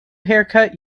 haircut